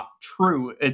True